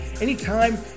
anytime